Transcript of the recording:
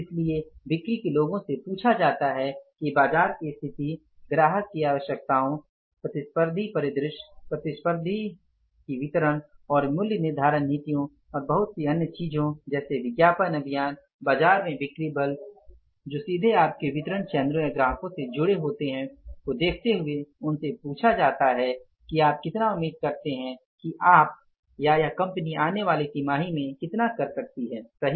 इसलिए बिक्री के लोगों से पूछा जाता है कि बाजार की स्थिति ग्राहक की आवश्यकताओं प्रतिस्पर्धी परिदृश्य प्रतिस्पर्धी की वितरण और मूल्य निर्धारण नीतियों और बहुत सी अन्य चीजें जैसे विज्ञापन अभियान बाजार में बिक्री बल जो सीधे आपके वितरण चैनलों या ग्राहकों से जुड़ी हुई हैं को देखते हुए उनसे पूछा जाता है कि आप कितना उम्मीद करते है की आप या यह कंपनी आने वाली तिमाही में कितना कर सकती है सही